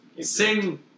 Sing